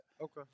Okay